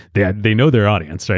they they know their audience, so